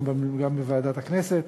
גם בוועדת הכנסת.